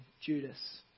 Judas